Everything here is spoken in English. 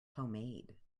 homemade